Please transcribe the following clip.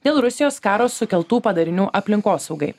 dėl rusijos karo sukeltų padarinių aplinkosaugai